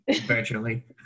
virtually